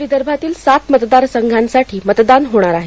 आज विदर्भातील सात मतदारसंघांसाठी मतदान होणार आहे